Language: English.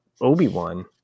Obi-Wan